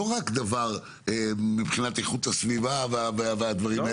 לא רק בעניין איכות הסביבה וכדומה,